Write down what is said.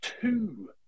two